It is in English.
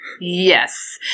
Yes